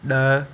ॾह